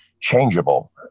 changeable